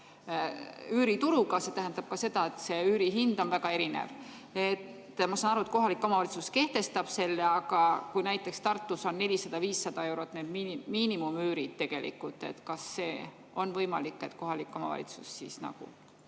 üürituruga, see tähendab ka seda, et üürihind on väga erinev. Ma saan aru, et kohalik omavalitsus kehtestab selle, aga kui näiteks Tartus on 400–500 eurot miinimumüür tegelikult, siis kas see on võimalik, et kohalik omavalitsus selle